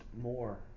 more